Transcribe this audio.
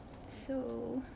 so